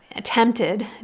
Attempted